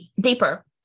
deeper